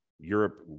Europe